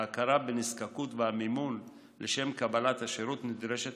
ההכרה בנזקקות והמימון לשם קבלת השירות נדרשת